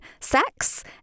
sex